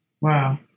Wow